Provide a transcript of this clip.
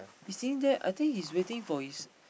he sitting there I think he's waiting for his